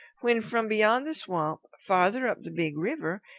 when from beyond the swamp, farther up the big river,